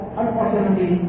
unfortunately